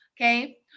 Okay